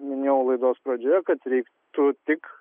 minėjau laidos pradžioje kad reiktų tik